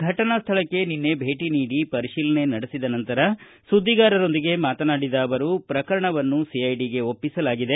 ಫಟನಾ ಸ್ನಳಕ್ಕೆ ನಿನ್ನೆ ಭೇಟಿ ನೀಡಿ ಪರಿತೀಲನೆ ನಡೆಸಿದ ನಂತರ ಸುದ್ಗಿಗಾರರೊಂದಿಗೆ ಮಾತನಾಡಿದ ಅವರು ಪ್ರಕರಣವನ್ನು ಸಿಐಡಿಗೆ ಒಪ್ಪಿಸಲಾಗಿದೆ